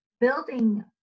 building